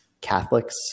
Catholics